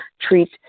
treat